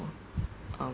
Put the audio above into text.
um